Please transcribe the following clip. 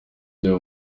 njya